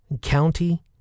county